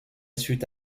suite